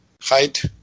height